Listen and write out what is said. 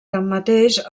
tanmateix